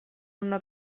una